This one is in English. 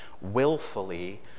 willfully